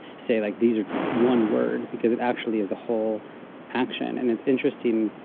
say, like, these are one word, because it actually is a whole action. and it's interesting,